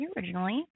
originally